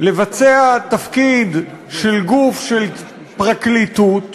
לבצע תפקיד של גוף של פרקליטות,